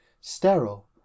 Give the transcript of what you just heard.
sterile